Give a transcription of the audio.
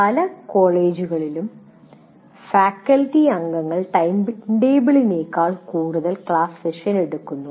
പല കോളേജുകളിലും ഫാക്കൽറ്റി അംഗങ്ങൾ ടൈംടേബിളിനേക്കാൾ കൂടുതൽ ക്ലാസ് സെഷനുകൾ എടുക്കുന്നു